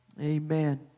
Amen